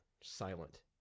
silent